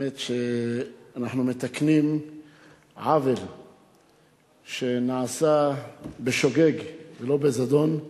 האמת שאנחנו מתקנים עוול שנעשה בשוגג, לא בזדון,